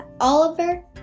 Oliver